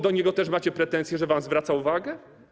Do niego też macie pretensję, że wam zwraca uwagę?